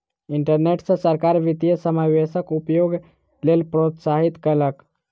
internet सॅ सरकार वित्तीय समावेशक उपयोगक लेल प्रोत्साहित कयलक